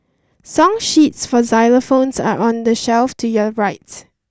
song sheets for xylophones are on the shelf to your right